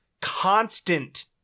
constant